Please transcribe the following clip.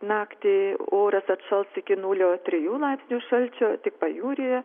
naktį oras atšals iki nulio trijų laipsnių šalčio tik pajūryje